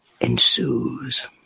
ensues